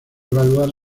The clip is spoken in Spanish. evaluar